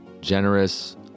generous